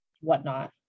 whatnot